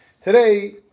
Today